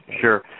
Sure